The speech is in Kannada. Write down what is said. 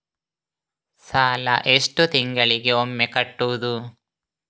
ಸಾಲ ಎಷ್ಟು ತಿಂಗಳಿಗೆ ಒಮ್ಮೆ ಕಟ್ಟುವುದು?